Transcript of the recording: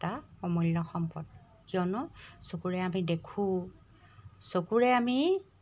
এটা সমূল্য সম্পদ কিয়নো চকুৰে আমি দেখোঁ চকুৰে আমি